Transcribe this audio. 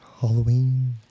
Halloween